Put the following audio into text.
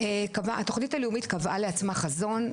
התוכנית הלאומית קבעה לעצמה חזון,